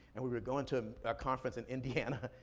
and we were going to a conference in indiana,